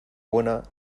buena